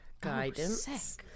Guidance